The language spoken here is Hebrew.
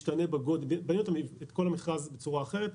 בנינו את כל המכרז בצורה אחרת.